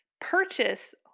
purchase